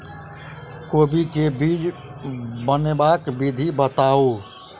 कोबी केँ बीज बनेबाक विधि बताऊ?